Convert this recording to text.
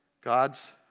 God's